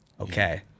Okay